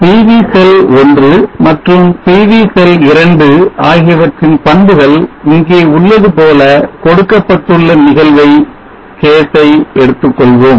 PV cell 1 மற்றும் PV cell 2 ஆகியவற்றின் பண்புகள் இங்கே உள்ளது போல கொடுக்கப்பட்டுள்ள நிகழ்வை எடுத்துக்கொள்வோம்